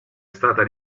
stata